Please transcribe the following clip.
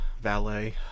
valet